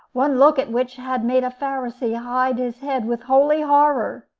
one look at which had made a pharisee hide his head with holy horror.